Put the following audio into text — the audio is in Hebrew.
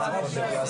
אין מה לעשות,